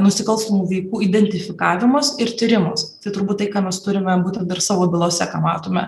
nusikalstamų veikų identifikavimas ir tyrimas tai turbūt tai ką mes turime būtent dar savo bylose ką matome